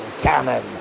cannon